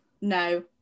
No